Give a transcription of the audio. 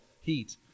heat